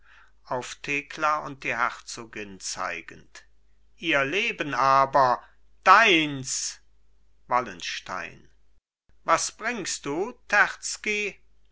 auf thekla und die herzogin zeigend ihr leben aber deins wallenstein was bringst du